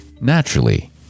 naturally